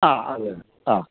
ആ അതുതന്നെ ആ